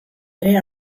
ere